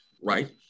right